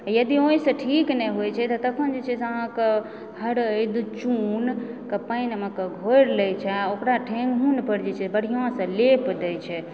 यदि ओहिसँ ठीक नहि होइत छै तखन जे छै से अहाँकेंँ हरदि चून कऽ पानिमे कऽ घोरि लए छै आ ओकरा ठेहुन पर जे छै बढ़िआँसँ लेप दए छै